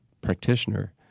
practitioner